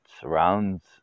surrounds